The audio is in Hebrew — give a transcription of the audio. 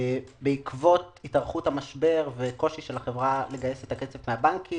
בעקבות התארכות המשבר וקושי של החברה לגייס את הכסף מהבנקים,